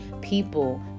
people